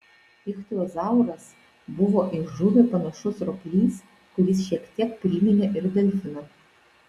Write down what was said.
ichtiozauras buvo į žuvį panašus roplys kuris šiek tiek priminė ir delfiną